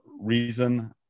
reason